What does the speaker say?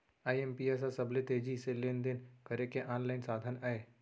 IMPS ह सबले तेजी से लेन देन करे के आनलाइन साधन अय